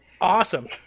Awesome